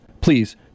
please